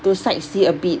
to sight see a bit